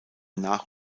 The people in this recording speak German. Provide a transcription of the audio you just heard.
nach